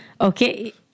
okay